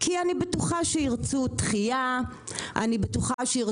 אני בטוחה שירצו דחייה ושינויים.